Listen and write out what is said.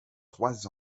trois